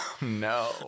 No